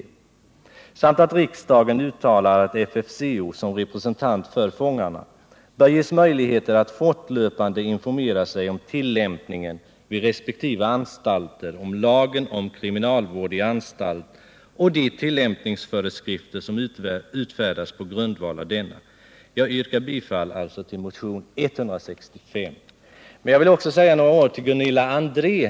Slutligen föreslår vi att riksdagen uttalar att FFCO, som representant för fångarna, bör ges möjligheter att fortlöpande informera sig om tillämpningen vid resp. anstalter av lagen om kriminalvård i anstalt och de tillämpningsföreskrifter som utfärdats på grundval av denna. Jag yrkar alltså bifall till motion 165. Men jag vill också säga några ord till Gunilla André.